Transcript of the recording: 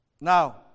Now